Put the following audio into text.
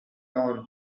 dawn